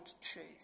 truth